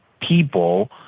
people